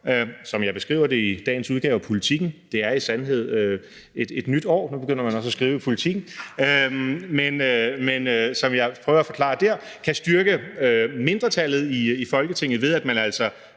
at forklare det i dagens udgave af Politiken – det er i sandhed et nyt år; nu begynder man også at skrive i Politiken – altså at man kan styrke mindretallet i Folketinget, ved at man altså